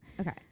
Okay